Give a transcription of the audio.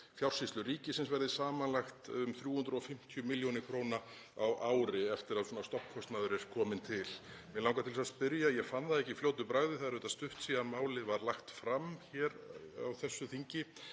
Fjársýslu ríkisins verði samanlagt um 350 millj. kr. á ári eftir að stofnkostnaður er kominn til. Mig langar til þess að spyrja, ég fann það ekki í fljótu bragði, það er stutt síðan málið var lagt fram hér á þessu þingi: